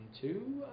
two